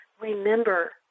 remember